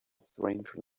strange